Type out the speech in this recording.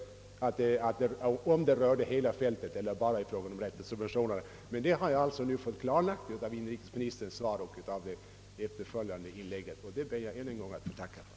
Jag ville veta om han därmed avsåg hela fältet eller bara räntesubventionerna. Detta har jag alltså fått klarlagt genom inrikesministerns svar och det efterföljande inlägget, och det ber jag än en gång att få tacka för.